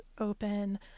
open